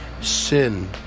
sin